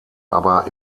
aber